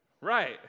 Right